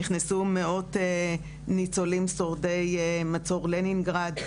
נכנסו מאות ניצולים שורדי מצור לנינגרד.